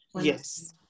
Yes